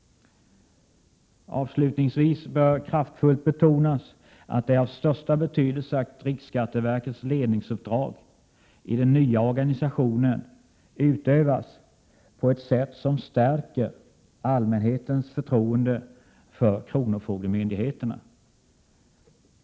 Avslutningsvis bör kraftfullt betonas att det är av största betydelse att riksskatteverkets ledningsuppdrag i den nya organisationen utövas på ett sätt som stärker allmänhetens förtroende för kronofogdemyndigheterna.